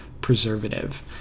preservative